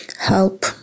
help